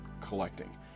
collecting